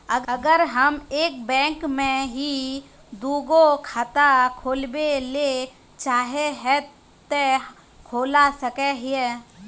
अगर हम एक बैंक में ही दुगो खाता खोलबे ले चाहे है ते खोला सके हिये?